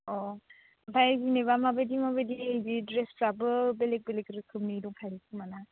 अ ओमफ्राय जेनेबा माबायदि माबायदि ड्रेसफ्राबो बेलेग बेलेग रोखोमनि दंखायो खोमा ना